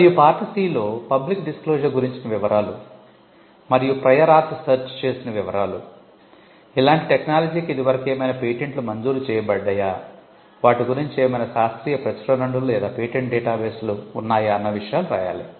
మరియు part C లో public disclosure గురించిన వివరాలు మరియు ప్రయర్ ఆర్ట్ సెర్చ్ చేసిన వివరాలు ఇలాంటి టెక్నాలజీకి ఇది వరకు ఏమైనా పేటెంట్లు మంజూరు చేయబడ్డాయా వాటి గురించి ఏమైనా శాస్త్రీయ ప్రచురణలు లేదా పేటెంట్ డేటాబేస్లు ఉన్నాయా అన్న విషయాలు రాయాలి